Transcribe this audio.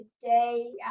today